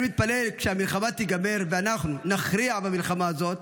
אני מתפלל שכשהמלחמה תיגמר ואנחנו נכריע במלחמה הזאת,